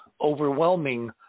overwhelming